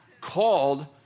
called